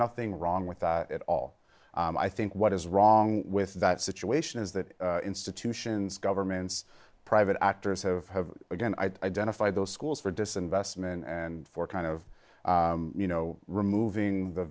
nothing wrong with that at all i think what is wrong with that situation is that institutions governments private actors have again i identified those schools for disinvestment and for kind of you know removing the